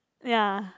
ya